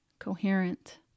coherent